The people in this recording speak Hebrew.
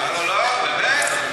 הטיעון, לא, באמת.